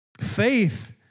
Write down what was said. Faith